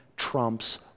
Trumps